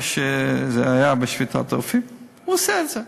זה היה בשביתת הרופאים, הוא עושה את זה.